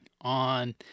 on